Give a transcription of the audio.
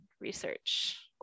research